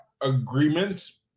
agreements